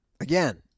Again